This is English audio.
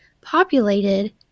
populated